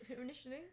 initially